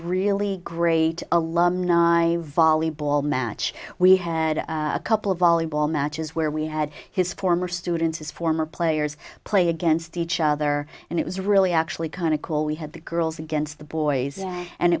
really great alumni volleyball match we had a couple of volleyball matches where we had his former student his former players play against each other and it was really actually kind of cool we had the girls against the boys and